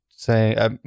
Say